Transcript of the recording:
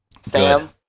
Sam